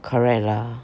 correct lah